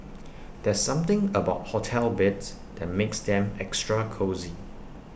there's something about hotel beds that makes them extra cosy